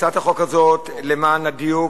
הצעת החוק הזאת, למען הדיוק